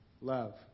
love